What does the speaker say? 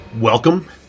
Welcome